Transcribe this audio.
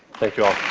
thank you all.